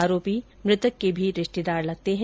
आरोपी मृतक के भी रिश्तेदार लगते हैं